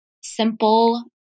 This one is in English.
simple